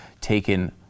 taken